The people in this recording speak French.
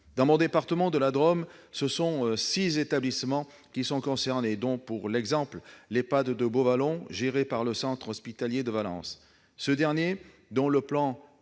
Dans mon département de la Drôme, six établissements sont concernés, dont, par exemple, l'Ehpad de Beauvallon géré par le centre hospitalier de Valence. Ce dernier, dont le plan